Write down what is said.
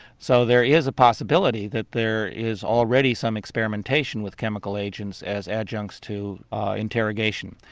so there is a possibility that there is already some experimentation with chemical agents as adjuncts to interrogation.